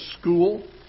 school